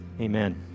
amen